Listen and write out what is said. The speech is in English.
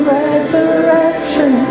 resurrection